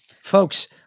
Folks